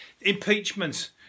impeachment